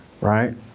right